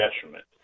detriment